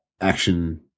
action